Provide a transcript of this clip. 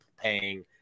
paying